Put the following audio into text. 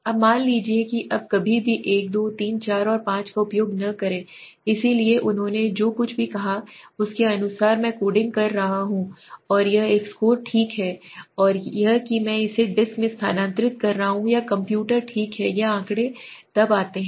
अब मान लीजिए अब कभी भी 1 2 3 4 और 5 का उपयोग न करें इसलिए उन्होंने जो कुछ भी कहा उसके अनुसार मैं कोडिंग कर रहा हूं और यह एक स्कोर ठीक है और यह कि मैं इसे डिस्क में स्थानांतरित कर रहा हूं या कंप्यूटर ठीक है तब आँकड़े आता है